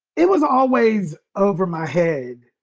it was always over my head,